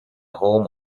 home